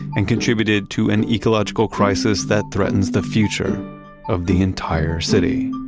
and contributed to an ecological crisis that threatens the future of the entire city